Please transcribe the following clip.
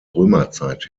römerzeit